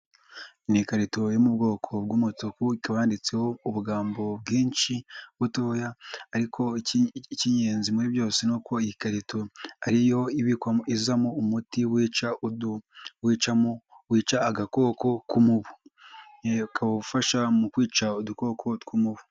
Ni ikarito yo mu bwoko bw'umutuku ikaba yanditseho ubugambo bwinshi butoya ariko icy'ingenzi muri byose ni uko iyi karito ari yo ibikwamo izamo umuti wica agakoko k'umubu, ukaba ufasha mu kwica udukoko tw'umubu.